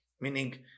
Meaning